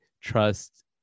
trust